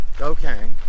Okay